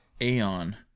aeon